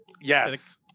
Yes